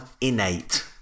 Innate